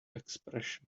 expression